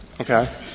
Okay